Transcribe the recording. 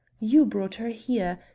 you brought her here.